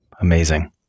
Amazing